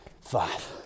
five